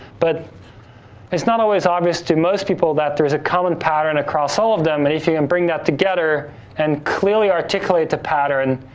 but it's not always obvious to most people that there's a common pattern across all of them, and if you can um bring that together and clearly articulate the pattern,